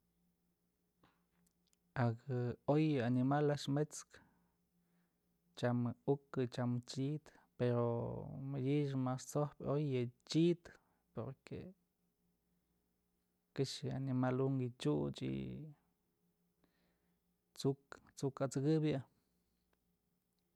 Akë oy animal aáx mët's kë tyam je'e ukë tyam chid pero madyë mas t'sojpyë yë chid porque këxë animal unk yë chyuch y t'suk, t'suk at'sëkëbyë yë.